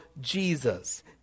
Jesus